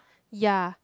yea